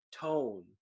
tone